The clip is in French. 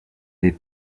les